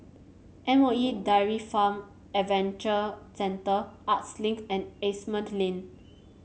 M O E Dairy Farm Adventure Centre Arts Link and Asimont Lane